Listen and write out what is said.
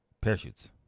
parachutes